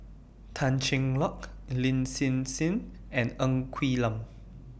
Tan Cheng Lock Lin Hsin Hsin and Ng Quee Lam